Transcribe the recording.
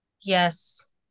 Yes